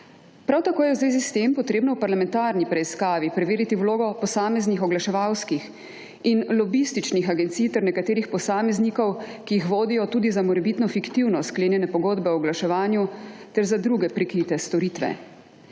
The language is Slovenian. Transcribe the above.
Prav tako je v zvezi s tem potrebno v parlamentarni preiskavi preveriti vlogo posameznih oglaševalskih in lobističnih agencij ter nekaterih posameznikov, ki jih vodijo tudi za morebitno fiktivno sklenjene pogodbe v oglaševanju ter za druge prikrite storitve.